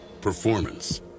Performance